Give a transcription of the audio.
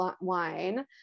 wine